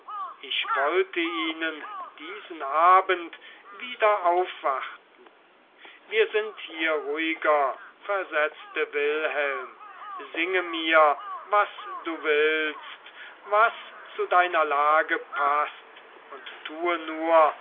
ich wollte ihnen diesen abend wieder aufwarten wir sind hier ruhiger versetzte wilhelm singe mir was du willst was zu deiner lage paßt und tue nur